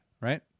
right